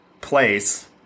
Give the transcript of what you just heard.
place